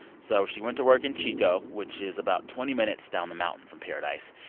so she went to work in chico, which is about twenty minutes down the mountain from paradise.